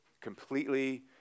Completely